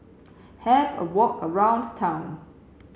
have a walk around town